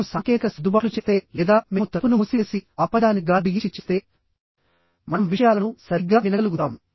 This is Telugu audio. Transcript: మేము సాంకేతిక సర్దుబాట్లు చేస్తే లేదా మేము తలుపును మూసివేసిఆపై దానిని గాలి బిగించి చేస్తే మనం విషయాలను సరిగ్గా వినగలుగుతాము